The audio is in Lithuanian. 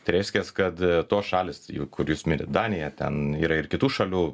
tai reiskias kad tos šalys jų kur jus mirit danija ten yra ir kitų šalių